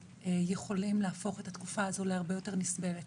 יכולים להפוך את התקופה הזו להרבה יותר נסבלת.